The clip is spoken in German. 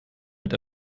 mit